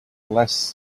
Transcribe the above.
less